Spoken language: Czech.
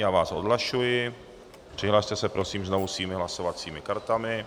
Já vás odhlašuji, přihlaste se, prosím, znovu svými hlasovacími kartami.